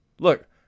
Look